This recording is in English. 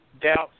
doubts